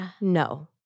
No